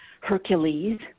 Hercules